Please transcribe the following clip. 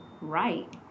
right